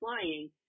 flying